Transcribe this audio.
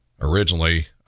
Originally